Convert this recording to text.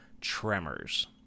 Tremors